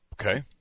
Okay